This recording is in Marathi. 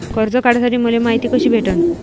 कर्ज काढासाठी मले मायती कशी भेटन?